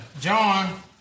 John